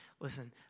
Listen